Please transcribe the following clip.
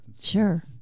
Sure